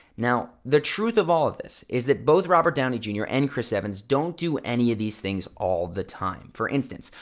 now, the truth of all of this is that both robert downey jr. and chris evans don't do any of these things all the time. for instance,